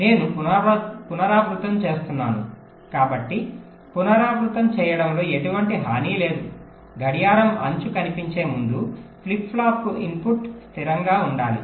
నేను పునరావృతం చేస్తున్నాను కాబట్టి పునరావృతం చేయడంలో ఎటువంటి హాని లేదు గడియారం అంచు కనిపించే ముందు ఫ్లిప్ ఫ్లాప్కు ఇన్పుట్ స్థిరంగా ఉండాలి